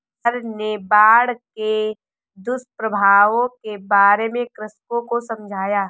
sir ने बाढ़ के दुष्प्रभावों के बारे में कृषकों को समझाया